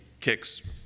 kicks